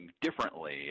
differently